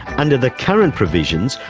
under the current provisions,